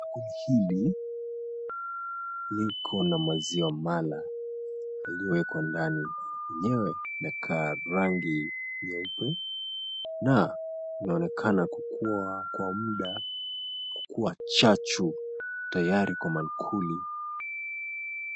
Bakuli hili liko na maziwa mala yaliyowekwa ndani lenyewe lakaa rangi nyeupe na linaonekana kukuwa kwa muda kukua chachu tayari kwa mankuli.